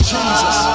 Jesus